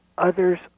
Others